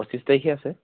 পঁচিছ তাৰিখে আছে